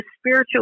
spiritual